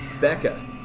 Becca